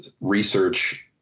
research